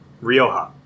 Rioja